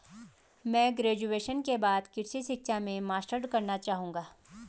मैं ग्रेजुएशन के बाद कृषि शिक्षा में मास्टर्स करना चाहूंगा